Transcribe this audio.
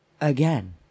Again